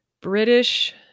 British